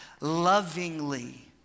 lovingly